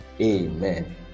Amen